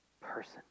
person